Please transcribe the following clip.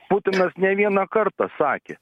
putinas ne vieną kartą sakė